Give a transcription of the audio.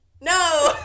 No